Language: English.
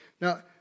Now